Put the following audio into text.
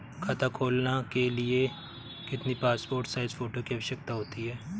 खाता खोलना के लिए कितनी पासपोर्ट साइज फोटो की आवश्यकता होती है?